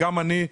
אני,